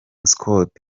scott